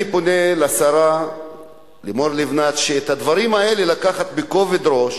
אני פונה אל השרה לימור לבנת לקחת את הדברים האלה בכובד ראש,